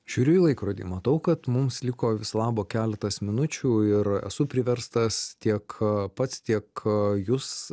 žiūriu į laikrodį matau kad mums liko viso labo keletas minučių ir esu priverstas tiek pats tiek jus